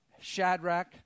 Shadrach